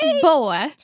boy